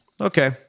okay